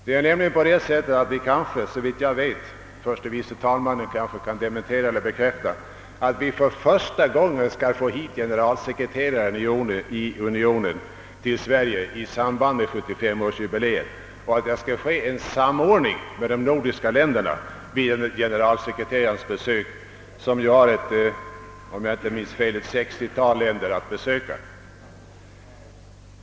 Det är nämligen såvitt jag vet så — förste vice talmannen kanske kan dementera eller bekräfta det — att vi i samband med 75-årsjubileet för första gången får hit unionens generalsekreterare, varvid det blir en samordning med de övriga nordiska länderna med avseende på besöket; om jag inte minns fel har generalsekreteraren att besöka ett 60-tal medlemsländer.